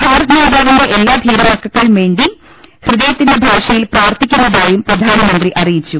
ഭാരത് മാതാവിന്റെ എല്ലാ ധീരമ ക്കൾക്കും വേണ്ടി ഹൃദയത്തിന്റെ ഭാഷയിൽ പ്രാർത്ഥിക്കുന്ന തായും പ്രധാനമന്ത്രി അറിയിച്ചു